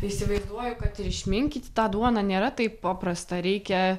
įsivaizduoju kad ir išminkyt tą duoną nėra taip paprasta reikia